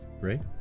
Right